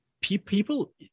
people